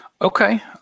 Okay